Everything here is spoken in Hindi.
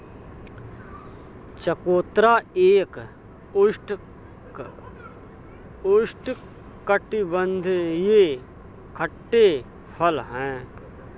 चकोतरा एक उष्णकटिबंधीय खट्टे फल है